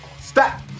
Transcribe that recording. Stop